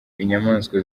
inyamaswa